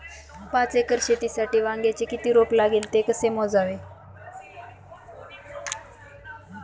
पाच एकर शेतीसाठी वांग्याचे किती रोप लागेल? ते कसे मोजावे?